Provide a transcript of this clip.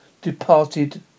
departed